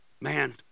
Man